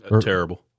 Terrible